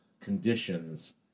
conditions